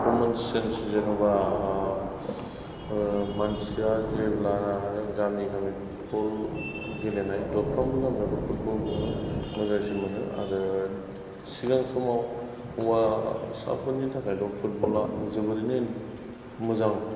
कमन sense जेनेबा मानसिया जेब्लाना गामि गामि फुटबल गेलेनाय दरफ्रामबो गामियावनो फुटबलखौ मोजांसिन मोनो आरो सिगां समाव हौवासाफोरनि थाखायल' फुटबला जोबोरैनो मोजां